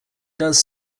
does